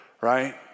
right